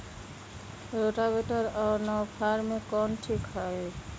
Rotavator और नौ फ़ार में कौन ठीक होतै?